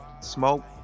smoke